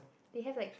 they have like